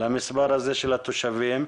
למספר הזה של התושבים,